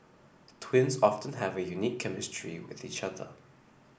twins often have a unique chemistry with each other